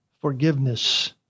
forgiveness